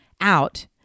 out